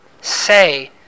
say